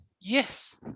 Yes